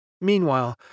Meanwhile